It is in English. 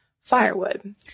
firewood